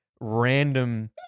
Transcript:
random